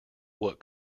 what